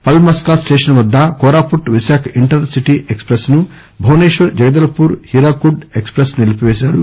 పల్మస్కా station వద్ద Koraput Visakha intercity express ను Bhubaneswar Jagdalpur Hirakud express ను నిలిపిపేశారు